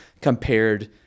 compared